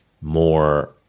more